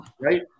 right